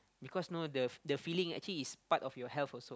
because know the the feeling actually is part of your health also